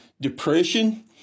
depression